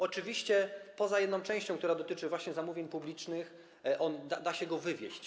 Oczywiście poza jedną częścią, która dotyczy właśnie zamówień publicznych, da się go wywieść.